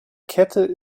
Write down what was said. kette